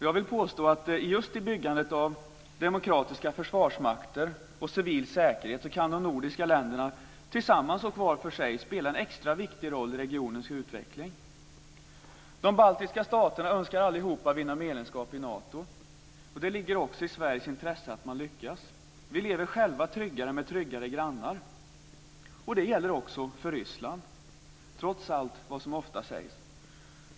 Jag vill påstå att just i byggandet av demokratiska försvarsmakter och civil säkerhet kan de nordiska länderna, tillsammans och var för sig, spela en extra viktig roll för regionens utveckling. De baltiska staterna önskar allihop vinna medlemskap i Nato. Det ligger också i Sveriges intresse att de lyckas. Vi lever själva tryggare med tryggare grannar. Det gäller också för Ryssland, trots vad som ofta sägs.